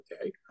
okay